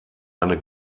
eine